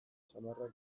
samarrak